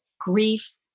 grief